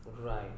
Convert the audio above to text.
Right